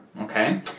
okay